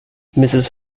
mrs